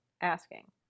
asking